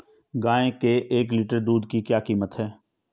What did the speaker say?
गाय के एक लीटर दूध की क्या कीमत है?